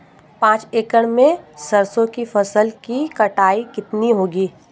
पांच एकड़ में सरसों की फसल की कटाई कितनी होगी?